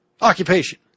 Occupation